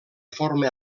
forma